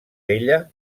ella